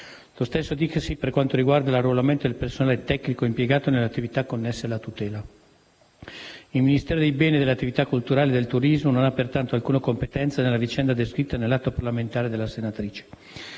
Lo stesso dicasi per quanto riguarda l'arruolamento del personale tecnico impiegato nelle attività connesse alla tutela. Il Ministero dei beni e delle attività culturali e del turismo non ha pertanto alcuna competenza nella vicenda descritta nell'atto parlamentare della senatrice